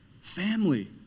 Family